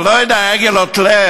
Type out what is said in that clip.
אני לא יודע, עגל או טלה.